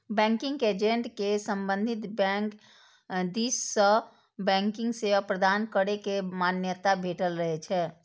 banking agent कें संबंधित bank दिस सं बैंकिंग सेवा प्रदान करै के मान्यता भेटल रहै छै